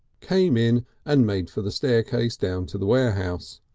came in and made for the staircase down to the warehouse.